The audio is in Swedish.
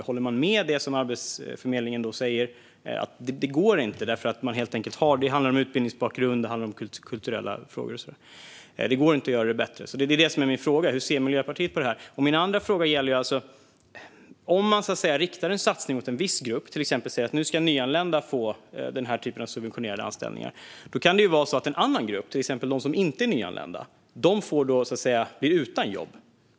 Håller man med om det som Arbetsförmedlingen säger, att det inte går? Det handlar om utbildningsbakgrund. Det handlar om kulturella frågor och så vidare. Det går inte att göra det bättre. Min fråga är: Hur ser Miljöpartiet på detta? Sedan var det min andra fråga. Om man riktar en satsning mot en viss grupp och till exempel säger att nyanlända nu ska få en typ av subventionerade anställningar kan en annan grupp, till exempel de som inte är nyanlända, bli utan jobb.